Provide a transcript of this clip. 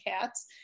cats